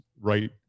right